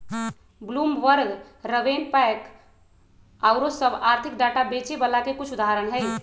Bloomberg, RavenPack आउरो सभ आर्थिक डाटा बेचे बला के कुछ उदाहरण हइ